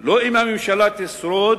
לא אם הממשלה תשרוד,